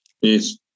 Yes